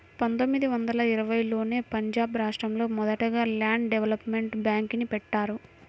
పందొమ్మిది వందల ఇరవైలోనే పంజాబ్ రాష్టంలో మొదటగా ల్యాండ్ డెవలప్మెంట్ బ్యేంక్ని బెట్టారు